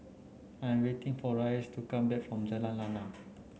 I am waiting for Rhys to come back from Jalan Lana